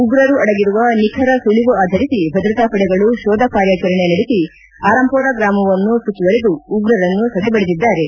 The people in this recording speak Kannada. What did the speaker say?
ಉಗ್ರರು ಅಡಗಿರುವ ನಿಖರ ಸುಳವು ಆಧರಿಸಿ ಭದ್ರತಾಪಡೆಗಳು ಶೋಧ ಕಾರ್ಯಾಚರಣೆ ನಡೆಸಿ ಅರಂಪೋರ ಗ್ರಾಮವನ್ನು ಸುತ್ತುವರೆದು ಉಗ್ರರನ್ನು ಸದೆಬಡೆದಿದ್ದಾರೆ